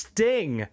Sting